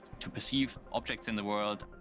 to perceive objects in the world.